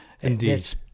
Indeed